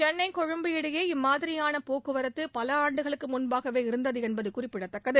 சென்னை கொழும்பு இடையே இம்மாதிரியான போக்குவரத்து பல ஆண்டுகளுக்கு முன்பாகவே இருந்தது என்பது குறிப்பிடத்தக்கது